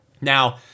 Now